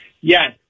Yes